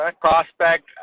Prospect